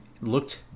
looked